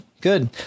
good